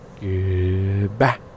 Goodbye